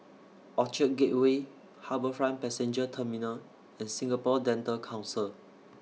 Orchard Gateway HarbourFront Passenger Terminal and Singapore Dental Council